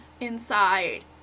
inside